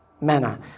manner